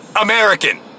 American